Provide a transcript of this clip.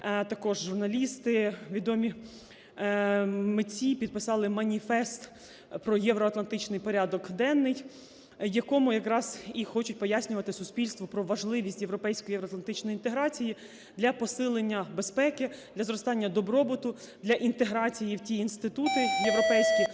також журналісти відомі, митці підписали маніфест про євроатлантичний порядок денний, в якому якраз і хочуть пояснювати суспільству про важливість європейської, євроатлантичної інтеграції для посилення безпеки, для зростання добробуту, для інтеграції в ті інститути європейські,